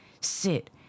sit